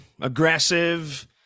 aggressive